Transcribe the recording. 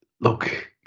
look